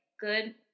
good